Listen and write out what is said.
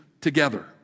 together